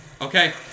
Okay